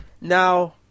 now